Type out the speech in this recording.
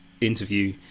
interview